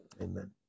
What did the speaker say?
amen